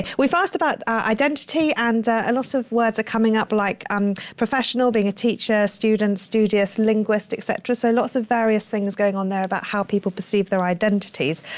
we've asked about identity and a lot of words are coming up like um professional, being a teacher, student, studious, linguistics, et cetera. so lots of various things going on there about how people perceive their identities.